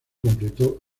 completo